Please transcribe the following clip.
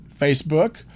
Facebook